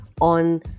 on